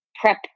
prep